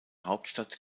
hauptstadt